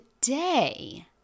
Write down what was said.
today